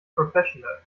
professional